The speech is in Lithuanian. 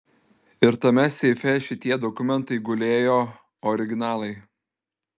ir tame seife šitie dokumentai gulėjo originalai